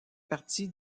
partie